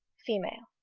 female.